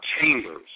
chambers